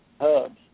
hubs